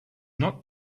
not